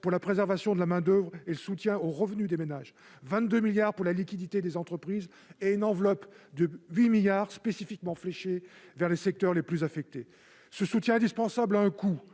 à la préservation de la main-d'oeuvre et au soutien aux revenus des ménages, 22 milliards d'euros à la liquidité des entreprises, et une enveloppe de 8 milliards d'euros a été spécifiquement fléchée vers les secteurs les plus touchés. Ce soutien indispensable a un coût.